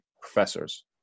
professors